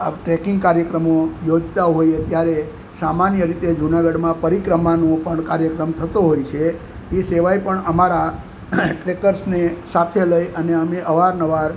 આ ટ્રેકિંગ કાર્યક્રમો યોજતાં હોઈએ ત્યારે સામાન્ય રીતે જૂનાગઢમાં પરિક્રમાનો પણ કાર્યક્રમ થતો હોય છે એ સિવાય પણ અમારા ટ્રેકર્સને સાથે લઈ અમે અવારનવાર